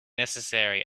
necessary